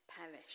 perish